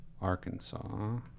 Arkansas